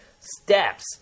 steps